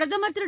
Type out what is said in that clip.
பிரதமர் திரு